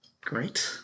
Great